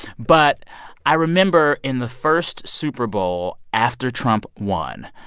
but i remember in the first super bowl after trump won,